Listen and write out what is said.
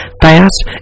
Fast